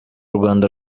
rwanda